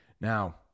Now